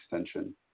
extension